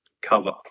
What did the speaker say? cover